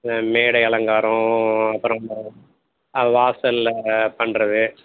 மேடை அலங்காரம் அப்புறம் அந்த வாசலில் பண்ணுறது